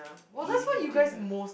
eating dinner